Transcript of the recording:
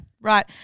Right